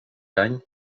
any